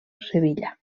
sevilla